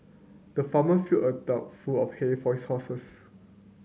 the farmer filled a trough full of hay for his horses